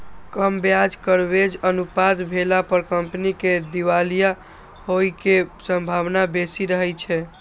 कम ब्याज कवरेज अनुपात भेला पर कंपनी के दिवालिया होइ के संभावना बेसी रहै छै